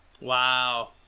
Wow